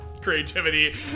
Creativity